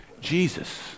Jesus